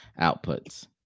outputs